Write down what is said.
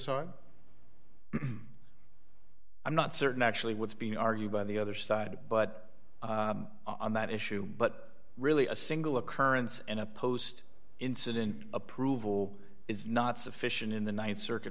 side i'm not certain actually what's being argued by the other side but on that issue but really a single occurrence and a post incident approval is not sufficient in the th circuit